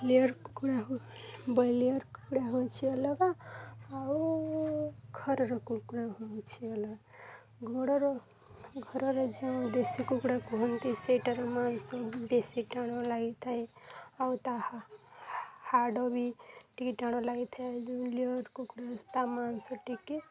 layer କୁକୁଡ଼ା ବା layer କୁକୁଡ଼ା ହଉଛି ଅଲଗା ଆଉ ଘରର କୁକୁଡ଼ା ହଉଛି ଅଲଗା ଘୋଡ଼ର ଘରର ଯେଉଁ ଦେଶୀ କୁକୁଡ଼ା କୁହନ୍ତି ସେଇଟାର ମାଂସ ବେଶୀ ଟାଣ ଲାଗିଥାଏ ଆଉ ତା' ହାଡ଼ ବି ଟିକେ ଟାଣ ଲାଗିଥାଏ ଯୋଉଁ ଲେୟର୍ କୁକୁଡ଼ା ତା' ମାଂସ ଟିକେ